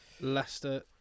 Leicester